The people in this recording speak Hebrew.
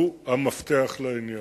הוא המפתח לעניין.